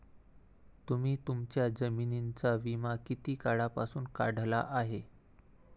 तुम्ही तुमच्या जमिनींचा विमा किती काळापासून काढला आहे?